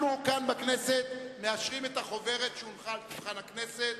אנחנו כאן בכנסת מאשרים את החוברת שהונחה על שולחן הכנסת